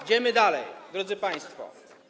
Idziemy dalej, drodzy państwo.